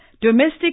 Domestic